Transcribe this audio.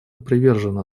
привержено